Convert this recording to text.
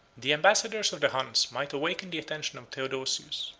the ambassadors of the huns might awaken the attention of theodosius,